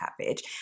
cabbage